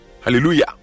Hallelujah